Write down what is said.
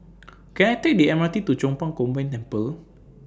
Can I Take The M R T to Chong Pang Combined Temple